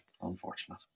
Unfortunate